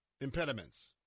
impediments